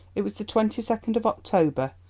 it was the twenty second of october,